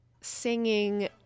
singing